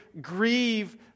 grieve